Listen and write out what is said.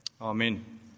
Amen